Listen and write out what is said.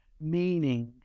meaning